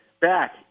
back